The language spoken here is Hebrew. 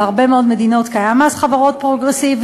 בהרבה מאוד מדינות קיים מס חברות פרוגרסיבי.